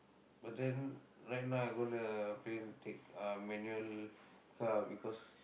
but then right now I'm gonna apply to take uh manual car because